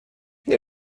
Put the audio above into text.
nie